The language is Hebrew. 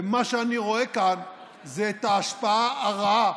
ומה שאני רואה כאן זה את ההשפעה הרעה